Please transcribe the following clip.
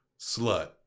Slut